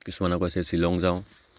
কিছুমান কৈছে শ্বিলং যাওঁ